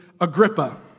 Agrippa